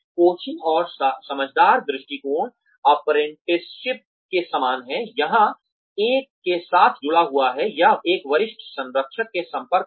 coaching और समझदार दृष्टिकोण अप्रेंटिसशिप के समान है जहां एक के साथ जुड़ा हुआ है या एक वरिष्ठ संरक्षक के संपर्क में है